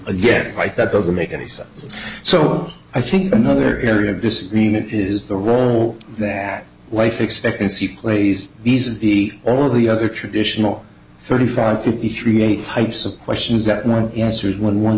again that doesn't make any sense so i think another area of disagreement is the role that life expectancy plays these are the only other traditional thirty five fifty three eight hypes of questions that one answer when one